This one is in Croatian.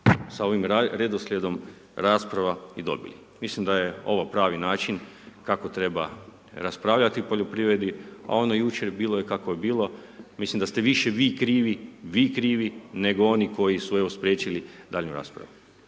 sa ovim redoslijedom rasprava i dobili. Mislim da je ovo pravi način kako treba raspravljati o poljoprivredi, a ono jučer bilo je kako je bilo, mislim da ste više vi krivi, vi krivi, nego oni koji su evo spriječili daljnju raspravu.